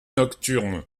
nocturne